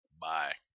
Bye